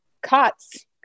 cots